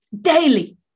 Daily